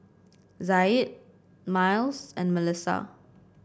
Zaid Myles and Melisa